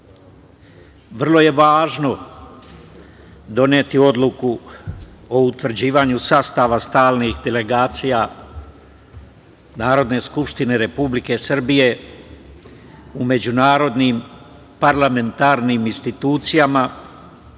vrlo je važno doneti odluku o utvrđivanju sastava stalnih delegacija Narodne skupštine Republike Srbije u međunarodnim parlamentarnim institucijama,